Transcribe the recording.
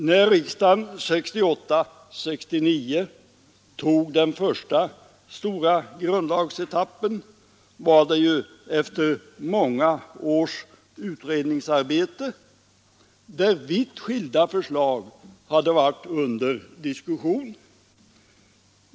När riksdagen åren 1968--1969 tog den första stora grundlagsetappen var det efter många års utredningsarbete, där vitt skilda förslag hade varit uppe till diskussion.